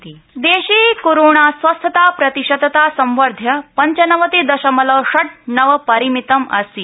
Covid update देशे कोरोणास्वस्थताप्रतिशतता संवध्य पञ्चनवति दशमलव षट् नव परिमितम् अस्ति